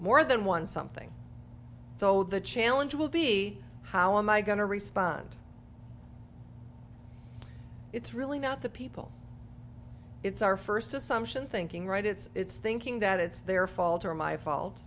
more than one something so the challenge will be how am i going to respond it's really not the people it's our first assumption thinking right it's thinking that it's their fault or my fault